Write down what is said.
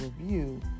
review